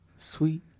Sweet